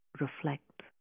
Reflect